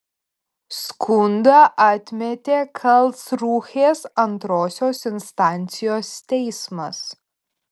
skundą atmetė karlsrūhės antrosios instancijos teismas